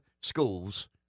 schools